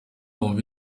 wumve